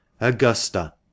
Augusta